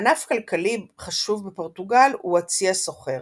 ענף כלכלי חשוב בפורטוגל הוא הצי הסוחר.